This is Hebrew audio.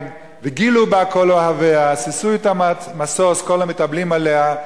וגילו בה כל אֹהביה שישו אִתה משוש כל המתאבלים עליה"